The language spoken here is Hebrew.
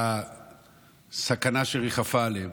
מהסכנה שריחפה עליהם.